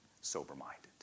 sober-minded